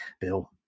Bill